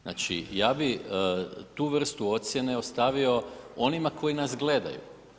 Znači ja bi tu vrstu ocjene ostavio onima koji nas gledaju.